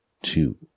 two